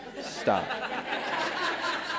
stop